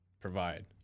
Provide